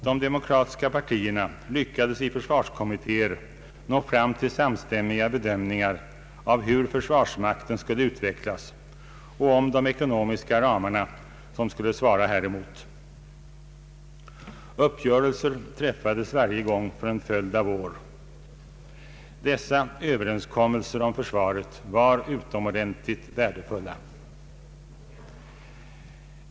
De demokratiska partierna lyckades i försvarskommittéer nå fram till samstämmiga bedömningar av hur försvarsmakten skulle utvecklas och av de ekonomiska ramar som skulle svara häremot. Uppgörelser träffades varje gång under en följd av år. Dessa överenskommelser om försvaret var utomordentligt värdefulla.